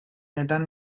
neden